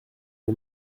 est